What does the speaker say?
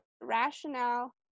rationale